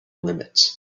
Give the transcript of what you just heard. limits